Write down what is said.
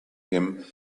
him